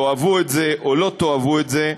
תאהבו את זה או לא תאהבו את זה,